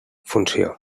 funció